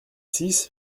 six